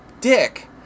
dick